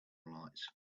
lights